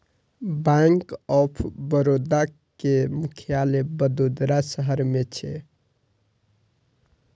bank of Baroda के मुख्यालय वडोदरा शहर मे छै